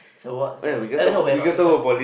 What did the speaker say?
so what's what's eh no we're not supposed